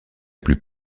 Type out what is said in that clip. plus